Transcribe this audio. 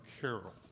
Carol